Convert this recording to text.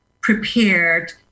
prepared